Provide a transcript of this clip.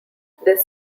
this